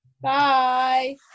bye